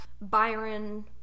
Byron